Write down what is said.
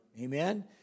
amen